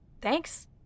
Thanks